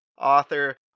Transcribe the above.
author